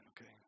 okay